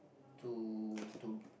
to to